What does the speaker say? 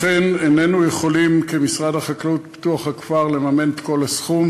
לכן איננו יכולים כמשרד החקלאות ופיתוח הכפר לממן את כל הסכום,